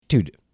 Dude